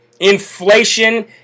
Inflation